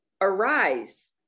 Arise